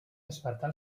despertar